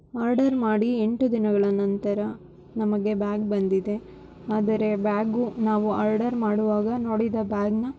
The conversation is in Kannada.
ಆರ್ಡರ್ ಮಾಡಿ ಎಂಟು ದಿನಗಳ ನಂತರ ನಮಗೆ ಬ್ಯಾಗ್ ಬಂದಿದೆ ಆದರೆ ಬ್ಯಾಗು ನಾವು ಆರ್ಡರ್ ಮಾಡುವಾಗ ನೋಡಿದ ಬ್ಯಾಗ್ನ